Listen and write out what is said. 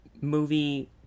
movie